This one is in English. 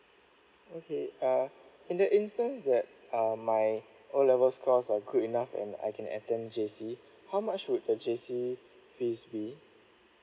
okay uh in the instance that uh my O level scores are good enough and I can attend J_C how much would the J_C fees be